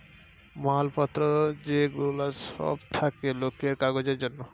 মাল পত্র যে গুলা সব থাকে লোকের কাজের জন্যে